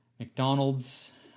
McDonald's